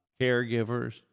caregivers